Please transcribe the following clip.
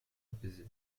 apaisé